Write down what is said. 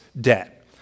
debt